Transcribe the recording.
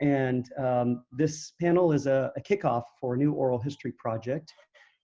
and this panel is a ah kickoff new oral history project